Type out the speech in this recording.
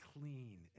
clean